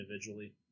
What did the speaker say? individually